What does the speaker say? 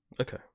Okay